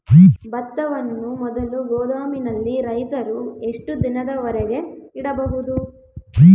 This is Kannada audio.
ಭತ್ತವನ್ನು ಮೊದಲು ಗೋದಾಮಿನಲ್ಲಿ ರೈತರು ಎಷ್ಟು ದಿನದವರೆಗೆ ಇಡಬಹುದು?